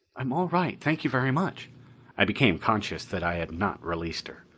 i'm all right, thank you very much i became conscious that i had not released her.